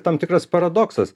tam tikras paradoksas